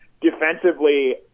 defensively